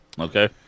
okay